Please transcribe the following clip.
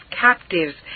captives